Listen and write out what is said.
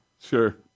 Sure